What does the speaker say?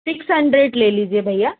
six hundred ले लीजिए भैया